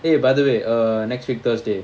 eh by the way uh next week thursday